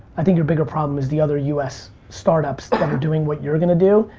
i think your bigger problem is the other u s. startups, that are doing what you're going to do,